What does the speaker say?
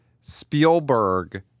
Spielberg